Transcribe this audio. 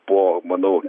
po manau